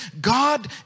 God